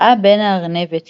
ראה בן-הארנבת,